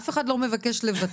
אף אחד לא מבקש לבטל.